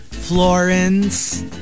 Florence